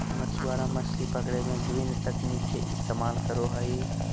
मछुआरा मछली पकड़े में विभिन्न तकनीक के इस्तेमाल करो हइ